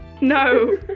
No